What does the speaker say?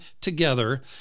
together